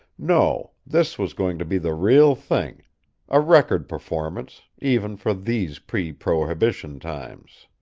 no, this was going to be the real thing a record performance, even for these pre-prohibition times.